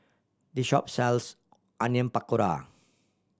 this shop sells Onion Pakora